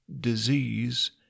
disease